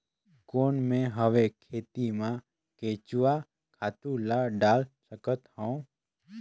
कौन मैं हवे खेती मा केचुआ खातु ला डाल सकत हवो?